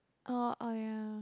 oh oh ya